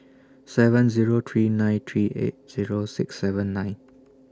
seven Zero three nine three eight Zero six seven nine